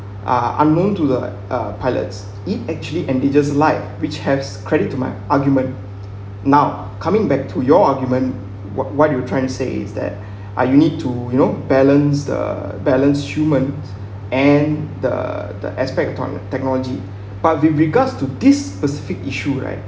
are unknown to the uh pilots it actually and they just like which has credit to my argument now coming back to your argument why do you try to say is that I need to you know balance the balance humans and the the aspect tech~ technology but with regards to this specific issue right